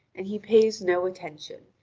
and he pays no attention,